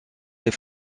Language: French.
est